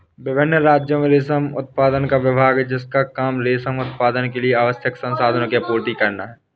विभिन्न राज्यों में रेशम उत्पादन का विभाग है जिसका काम रेशम उत्पादन के लिए आवश्यक संसाधनों की आपूर्ति करना है